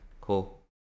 cool